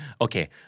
Okay